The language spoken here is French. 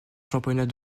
championnats